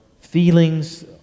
feelings